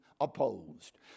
opposed